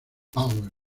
power